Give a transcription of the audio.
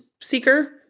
seeker